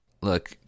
Look